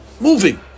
moving